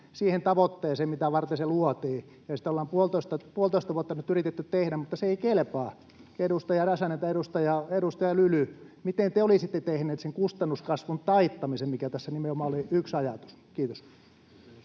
siihen tavoitteeseen, mitä varten se luotiin, ja sitä ollaan puolitoista vuotta nyt yritetty tehdä, mutta se ei kelpaa. Edustaja Räsänen tai edustaja edustaja Lyly, miten te olisitte tehneet sen kustannuskasvun taittamisen, mikä tässä nimenomaan oli yksi ajatus? — Kiitos.